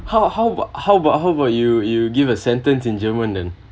how how about how about how about you you give a sentence in german then